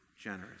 generous